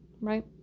right